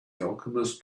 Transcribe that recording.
alchemist